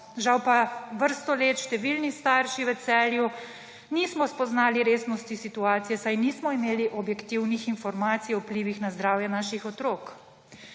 žal pa vrsto let številni starši v Celju nismo spoznali resnosti situacije, saj nismo imeli objektivnih informacij o vplivih na zdravje naših otrok.